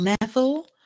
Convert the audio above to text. level